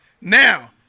Now